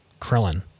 Krillin